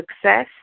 success